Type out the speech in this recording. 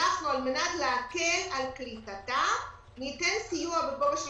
על מנת להקל על קליטתם, אנחנו ניתן סיוע בגובה של